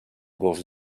gos